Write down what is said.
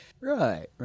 right